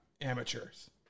Amateurs